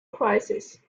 crisis